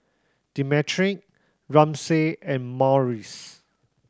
Demetric Ramsey and Maurice